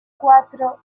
cuatro